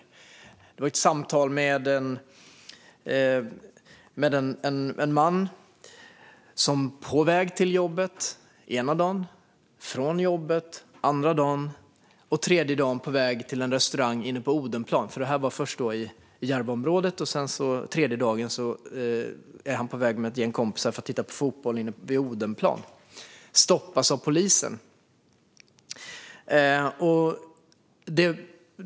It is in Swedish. Jag gjorde det efter ett samtal med en man som stoppats av polisen när han varit på väg till jobbet i Järvaområdet den ena dagen, varit på väg från jobbet den andra dagen och varit på väg tillsammans med ett gäng kompisar för att titta på fotboll på en restaurang inne på Odenplan den tredje dagen.